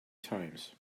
times